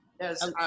yes